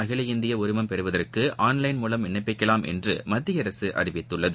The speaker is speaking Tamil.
அகில இந்தியஉரிமம் பெறுவதற்குஆன்லைன் மூலம் விண்ணப்பிக்கலாம் என்றுமத்தியஅரசுஅறிவித்துள்ளது